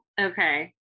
Okay